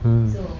mm